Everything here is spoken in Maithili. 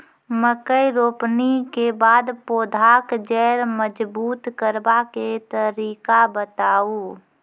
मकय रोपनी के बाद पौधाक जैर मजबूत करबा के तरीका बताऊ?